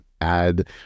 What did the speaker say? add